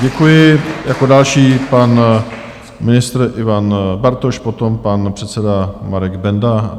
Děkuji, jako další pan ministr Ivan Bartoš, potom pan předseda Marek Benda.